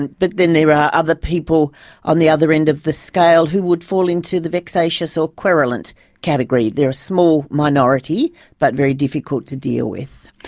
and but then there are other people on the other end of the scale who would fall into the vexatious or queralent category they're a small minority but very difficult to deal with.